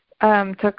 took